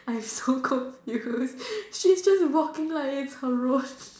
I'm so confuse she's just walking like its her road